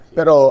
Pero